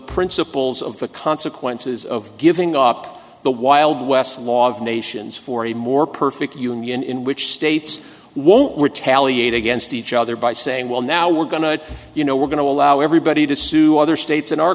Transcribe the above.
principles of the consequences of giving up the wild west law of nations for a more perfect union in which states won't retaliate against each other by saying well now we're going to you know we're going to allow everybody to sue other states in our